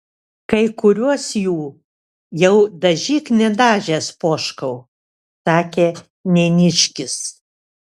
kai kuriuos jų jau dažyk nedažęs poškau sakė neniškis